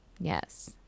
Yes